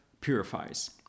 purifies